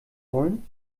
holen